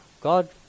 God